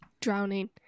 drowning